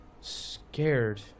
Scared